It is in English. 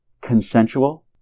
consensual